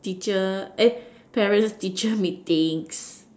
teacher parents teacher meeting